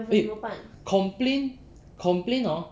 eh complain complain orh